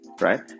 right